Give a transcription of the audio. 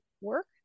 work